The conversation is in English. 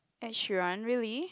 Ed sheeran really